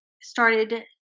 started